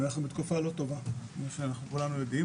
אנחנו בתקופה לא טובה כמו שאנחנו כולנו יודעים